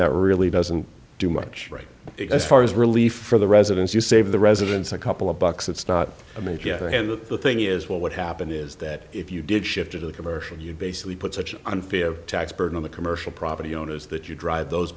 that really doesn't do much right as far as relief for the residents you save the residents a couple of bucks it's not a major thing and the thing is what would happen is that if you did shift into the commercial you basically put such an unfair tax burden on the commercial property owners that you drive those